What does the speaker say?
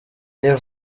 iyo